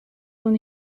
con